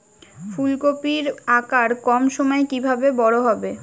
ফুলকপির আকার কম সময়ে কিভাবে বড় হবে?